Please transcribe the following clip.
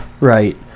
Right